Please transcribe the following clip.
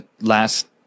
last